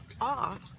off